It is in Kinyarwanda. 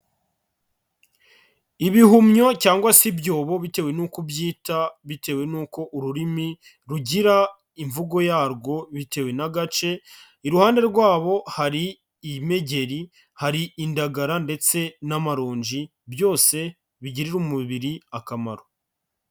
Ibihumyo cyangwa se ibyobo bitewe n'uko ubyita, bitewe n'uko ururimi rugira imvugo yarwo bitewe n'agace, iruhande rwabo hari imegeri, hari indagara ndetse n'amaronji, byose bigirira umubiri akamaro.